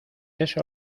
eso